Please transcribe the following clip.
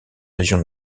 région